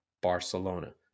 Barcelona